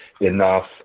enough